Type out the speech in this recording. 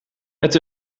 met